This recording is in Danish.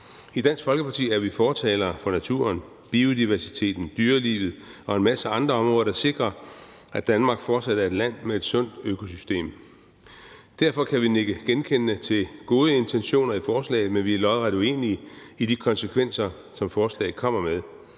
I Dansk Folkeparti er vi fortalere for naturen, biodiversiteten, dyrelivet og en masse andre områder, der sikrer, at Danmark fortsat er et land med et sundt økosystem. Derfor kan vi nikke genkendende til gode intentioner i forslaget, men forslaget vil få nogle konsekvenser, som vi er lodret